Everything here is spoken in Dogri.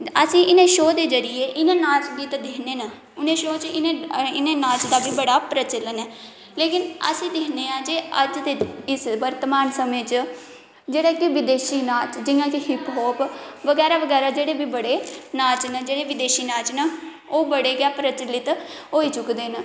असें इ'नें शो दे जरिए इ'नें नाच गी ते दिक्खने न उ'नें शो च इ'नें नाच दा बी बड़ा प्रचलन ऐ लेकिन अस दिक्खने आं जे अज्ज दे इस वर्तमान समें च जेह्ड़ा कि बदेशी नाच जियां कि हिप होप बगैरा बगैरा जेह्ड़े बी बड़े नाच न जेह्ड़े बदेशी नाच न ओह् बड़े गै प्रचलित होई चुके दे न